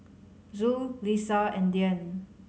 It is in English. Zul Lisa and Dian